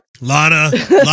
Lana